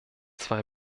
zwei